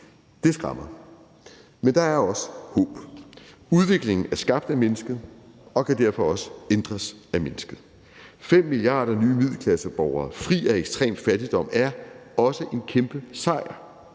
Det skræmmer. Kl. 17:36 Men der er også håb. Udviklingen er skabt af mennesket og kan derfor også ændres af mennesket. Fem milliarder nye middelklasseborgere fri af ekstrem fattigdom er også en kæmpe sejr